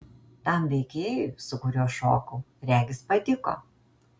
tam veikėjui su kuriuo šokau regis patiko